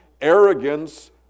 arrogance